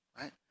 right